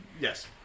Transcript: Yes